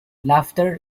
laughter